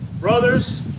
Brothers